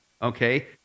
Okay